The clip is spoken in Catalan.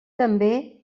també